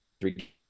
three